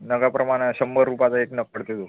नगाप्रमाणे शंभर रुपयाचा एक नग पडते तो